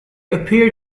appear